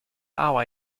our